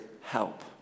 help